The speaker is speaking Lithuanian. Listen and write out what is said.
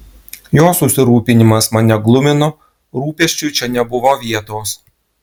jo susirūpinimas mane glumino rūpesčiui čia nebuvo vietos